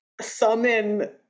summon